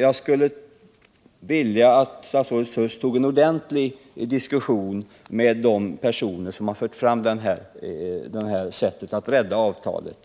Jag skulle vilja att statsrådet Huss tog en ordentlig diskussion med de personer som har anvisat det här sättet att rädda avtalet,